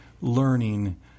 learning